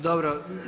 Dobro.